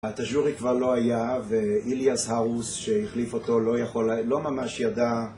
התג'ורי כבר לא היה ואיליאס הרוס שהחליף אותו לא יכול, לא ממש ידע